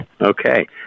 Okay